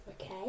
Okay